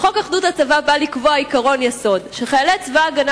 חוק אחדות הצבא בא לקבוע עקרון יסוד: חיילי צבא-הגנה